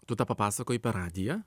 tu tą papasakoji per radiją